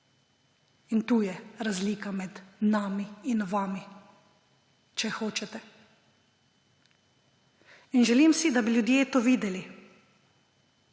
In tu je razlika med nami in vami, če hočete. Želim si, da bi ljudje to videli,